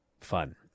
fun